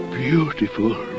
beautiful